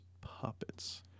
puppets